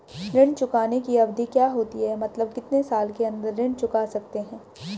ऋण चुकाने की अवधि क्या होती है मतलब कितने साल के अंदर ऋण चुका सकते हैं?